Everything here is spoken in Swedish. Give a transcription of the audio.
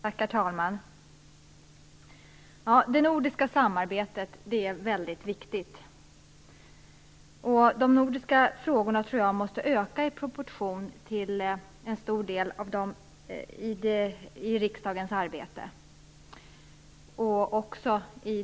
Herr talman! Det nordiska samarbetet är väldigt viktigt. Jag tror att de nordiska frågorna måste öka i proportion i riksdagens arbete.